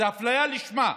זו אפליה לשמה.